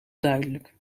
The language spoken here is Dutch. duidelijk